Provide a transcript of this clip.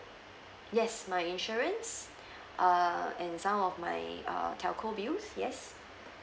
yes my insurance err and some of my uh telco bills yes